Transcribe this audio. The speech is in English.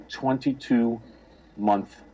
22-month